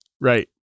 Right